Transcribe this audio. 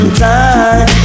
time